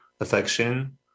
affection